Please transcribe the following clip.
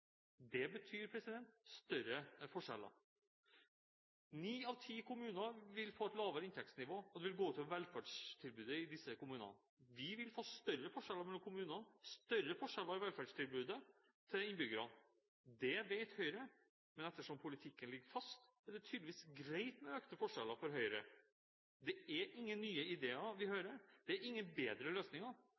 Det betyr større forskjeller. Ni av ti kommuner vil få et lavere inntektsnivå, og det vil gå ut over velferdstilbudet i disse kommunene. Det vil bli større forskjeller mellom kommunene og større forskjeller i velferdstilbudet til innbyggerne. Dette vet Høyre, men ettersom politikken ligger fast, er det tydeligvis greit med økte forskjeller. Det er ingen nye ideer vi hører, det er ingen bedre løsninger.